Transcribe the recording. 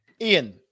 Ian